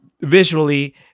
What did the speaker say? visually